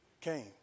came